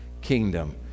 kingdom